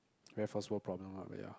very first world problem ah but yeah